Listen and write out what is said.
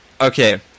okay